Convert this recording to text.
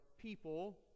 people